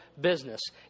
business